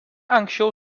anksčiau